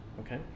okay